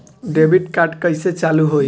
Debit card कइसे चालू होई?